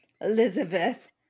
Elizabeth